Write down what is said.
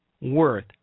worth